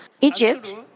Egypt